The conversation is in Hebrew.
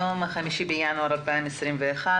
היום 5 בינואר 2021,